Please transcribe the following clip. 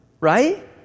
right